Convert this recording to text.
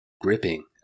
Gripping